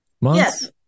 months